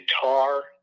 guitar